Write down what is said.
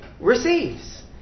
receives